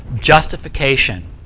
justification